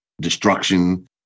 destruction